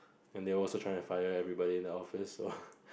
and they also trying to fire everybody in the office so